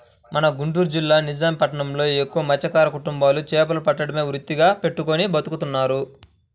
మన గుంటూరు జిల్లా నిజాం పట్నంలో ఎక్కువగా మత్స్యకార కుటుంబాలు చేపలను పట్టడమే వృత్తిగా పెట్టుకుని బతుకుతున్నారు